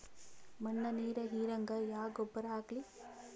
ಮಣ್ಣ ನೀರ ಹೀರಂಗ ಯಾ ಗೊಬ್ಬರ ಹಾಕ್ಲಿ?